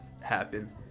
happen